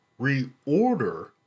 reorder